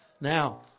Now